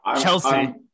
Chelsea